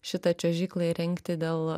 šitą čiuožyklą įrengti dėl